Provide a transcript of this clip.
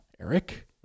Eric